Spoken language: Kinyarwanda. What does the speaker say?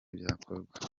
byakorwa